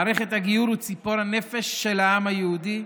מערכת הגיור היא ציפור הנפש של העם היהודי,